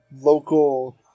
local